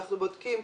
אנחנו בודקים.